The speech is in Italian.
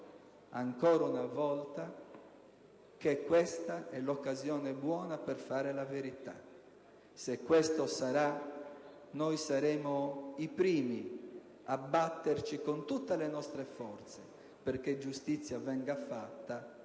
ancora una volta, che questa è l'occasione buona per dire la verità. Se così sarà, noi saremo i primi a batterci, con tutte le nostre forze, perché giustizia venga fatta.